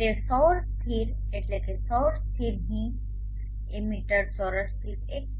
તે સૌર સ્થિર એટલે કે સૌર સ્થિર હિંચ એ મીટર ચોરસ દીઠ 1